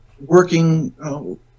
working